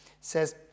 says